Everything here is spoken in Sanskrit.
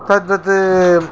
तद्वत्